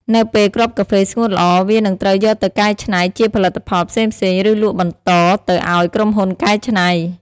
នៅពេលគ្រាប់កាហ្វេស្ងួតល្អ វានឹងត្រូវយកទៅកែច្នៃជាផលិតផលផ្សេងៗ ឬលក់បន្តទៅឱ្យក្រុមហ៊ុនកែច្នៃ។